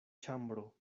ĉambro